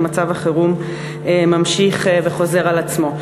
שמצב החירום ממשיך וחוזר על עצמו.